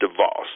DeVos